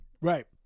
Right